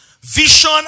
Vision